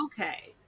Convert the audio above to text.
okay